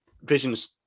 vision's